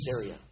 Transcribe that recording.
area